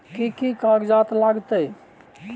कि कि कागजात लागतै?